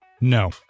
No